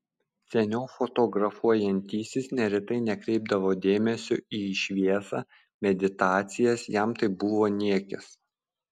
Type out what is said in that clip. seniau fotografuojantysis neretai nekreipdavo dėmesio į šviesą meditacijas jam tai buvo niekis